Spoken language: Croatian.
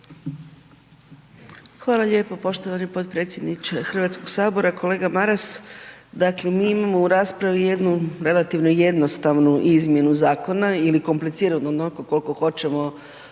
Hvala lijepo poštovani potpredsjedniče Hrvatskog sabora. Kolega Maras, dakle mi imamo u raspravi jednu relativno jednostavnu izmjenu zakona ili kompliciranu onolko kolko hoćemo